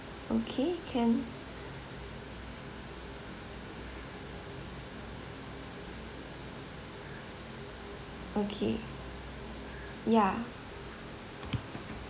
okay can okay ya